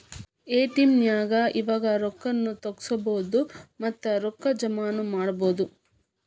ATM ನ್ಯಾಗ್ ಇವಾಗ ರೊಕ್ಕಾ ನು ತಗ್ಸ್ಕೊಬೊದು ಮತ್ತ ರೊಕ್ಕಾ ಜಮಾನು ಮಾಡ್ಬೊದು